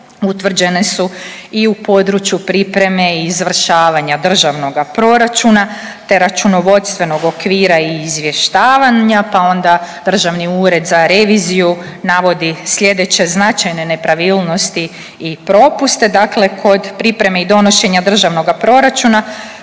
utvrđene su i u području pripreme i izvršavanja Državnoga proračuna, te računovodstvenog okvira i izvještavanja, pa onda Državni ured za reviziju navodi slijedeće značajne nepravilnosti i propuste. Dakle, kod pripreme i donošenja Državnoga proračuna